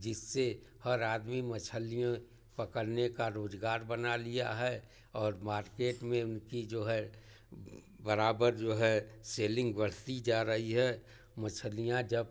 जिससे हर आदमी मछलियों पकड़ने का रोज़गार बना लिया है और मार्केट में उनकी जो है बराबर जो है सेलिंग बढ़ती जा रही है मछलियाँ जब